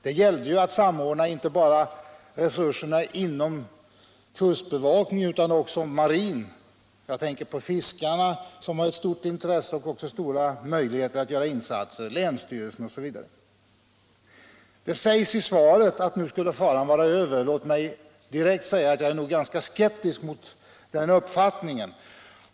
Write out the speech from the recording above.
Det gällde ju att samordna inte bara resurserna inom kustbevakningen utan också inom marinen — jag tänker på fiskarna, som har stort intresse och också stora möjligheter att göra insatser — länsstyrelsen osv. Det sägs i svaret att faran nu skulle vara över. Låt mig direkt säga att jag nog är ganska skeptisk mot den uppfattningen.